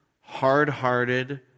hard-hearted